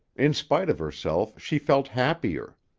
in spite of herself she felt happier.